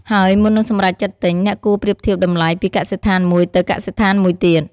ហើយមុននឹងសម្រេចចិត្តទិញ អ្នកគួរប្រៀបធៀបតម្លៃពីកសិដ្ឋានមួយទៅកសិដ្ឋានមួយទៀត។